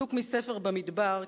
הפסוק מספר במדבר,